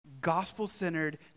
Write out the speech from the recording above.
gospel-centered